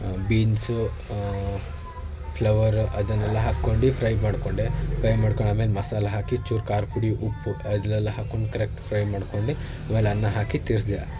beans flower ಅದನ್ನೆಲ್ಲ ಹಾಕೊಂಡು fry ಮಾಡಿಕೊಂಡೆ ಫ್ರೈ ಮಾಡ್ಕೊಂಡು ಆಮೇಲೆ ಮಸಾಲ ಹಾಕಿ ಚೂರು ಖಾರ ಪುಡಿ ಉಪ್ಪು ಅದನ್ನೆಲ್ಲ ಹಾಕೊಂಡು ಕರೆಕ್ಟ್ ಫ್ರೈ ಮಾಡ್ಕೊಂಡು ಆಮೇಲೆ ಅನ್ನ ಹಾಕಿ ತಿರ್ಗಿಸ್ದೆ